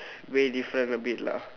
way different a bit lah